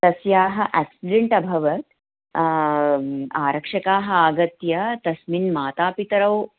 तस्याः एक्सिडेण्ट् अभवत् आरक्षकाः आगत्य तस्मिन् मातापितरौ